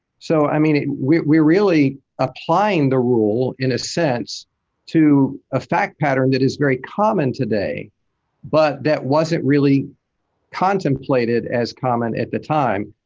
so i mean, we're we're really applying the rule in a sense to a fact pattern that is very common today but that wasn't really contemplated as common at the time.